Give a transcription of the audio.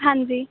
ਹਾਂਜੀ